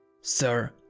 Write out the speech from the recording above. Sir